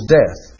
death